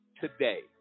today